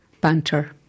banter